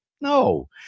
No